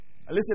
Listen